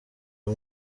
uyu